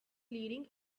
leading